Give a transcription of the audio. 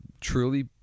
truly